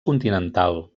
continental